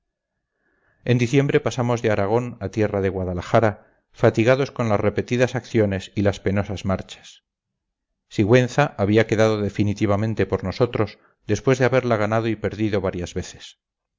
en diciembre pasamos de aragón a tierra de guadalajara fatigados con las repetidas acciones y las penosas marchas sigüenza había quedado definitivamente por nosotros después de haberla ganado y perdido repetidas veces